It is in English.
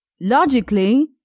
Logically